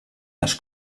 les